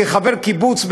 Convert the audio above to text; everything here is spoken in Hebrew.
כחבר קיבוץ,